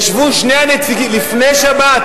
ישבו שני הנציגים, זה לא יכול להיות